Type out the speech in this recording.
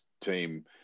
team